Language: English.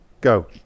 Go